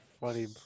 funny